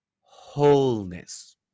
wholeness